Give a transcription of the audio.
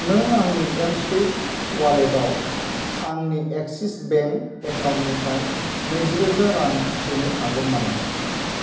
नों आंनि एमस्वाइप वालेटाव आंनि एक्सिस बेंक एकाउन्टनिफ्राय नैजिरोजा रां सोनो हागोन नामा